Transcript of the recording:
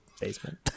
basement